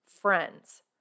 Friends